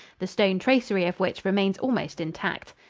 the stone tracery of which remains almost intact.